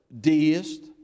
deist